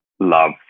love